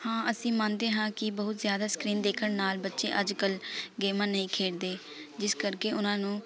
ਹਾਂ ਅਸੀਂ ਮੰਨਦੇ ਹਾਂ ਕਿ ਬਹੁਤ ਜ਼ਿਆਦਾ ਸਕਰੀਨ ਦੇਖਣ ਨਾਲ਼ ਬੱਚੇ ਅੱਜ ਕੱਲ੍ਹ ਗੇਮਾਂ ਨਹੀਂ ਖੇਡਦੇ ਜਿਸ ਕਰਕੇ ਉਹਨਾਂ ਨੂੰ